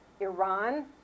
Iran